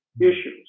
issues